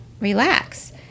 relax